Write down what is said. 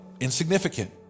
insignificant